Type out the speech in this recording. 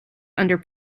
under